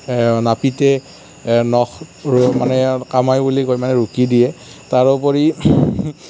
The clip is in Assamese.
নাপিতে নখ মানে কামাই বুলি কয় মানে ৰুকি দিয়ে তাৰোপৰি